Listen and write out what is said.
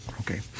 Okay